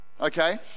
okay